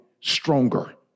stronger